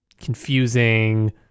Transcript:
confusing